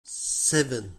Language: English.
seven